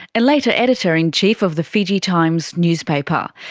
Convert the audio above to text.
and later editor in chief of the fiji times newspaper.